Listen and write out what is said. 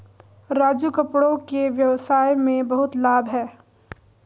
राजू कपड़ों के व्यवसाय में बहुत लाभ है